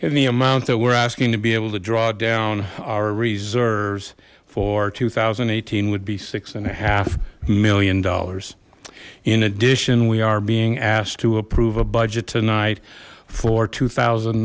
in the amount that we're asking to be able to draw down our reserves for two thousand and eighteen would be six and a half million dollars in addition we are being asked to approve a budget tonight for two thousand